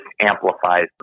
amplifies